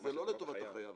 וזה לא לטובת החייב.